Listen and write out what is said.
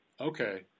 Okay